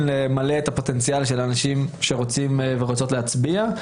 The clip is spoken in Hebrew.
למלא את פוטנציאל ההצבעה של אנשים שרוצים להצביע.